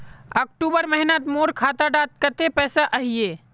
अक्टूबर महीनात मोर खाता डात कत्ते पैसा अहिये?